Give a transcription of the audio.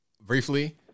briefly